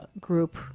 group